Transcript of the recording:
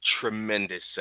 tremendous